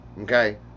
okay